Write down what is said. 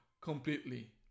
completely